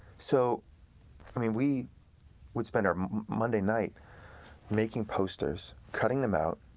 so i mean, we would spend our monday night making posters, cutting them out,